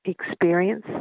experience